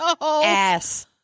ass